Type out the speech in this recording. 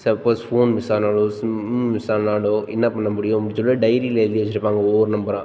suppose phone miss ஆனாலோ sim miss ஆனாலோ என்னாப் பண்ண முடியும் அப்படின்னு சொல்லி டைரியில் எழுதி வெச்சுருப்பாங்க ஒவ்வொரு நம்பராக